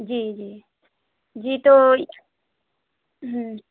जी जी जी तो हूँ